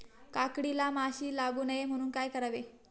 काकडीला माशी लागू नये म्हणून काय करावे?